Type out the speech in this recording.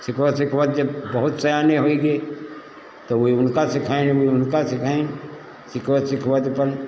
सिखवत सिखवत जब बहुत सयाने होई गे तो वई उनका सिखाइन उन उनका सिखाइन सिखवत सिखवत अपन